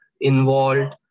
involved